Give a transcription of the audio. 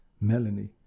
Melanie